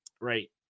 Right